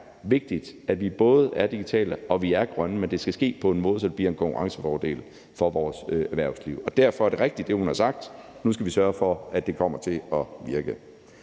vigtigt, at vi både er digitale og grønne, men det skal ske på en måde, så det bliver en konkurrencefordel for vores erhvervsliv. Derfor er det rigtigt, som hun har sagt, og nu skal vi sørge for, at det kommer til at virke.